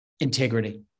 Integrity